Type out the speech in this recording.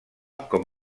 com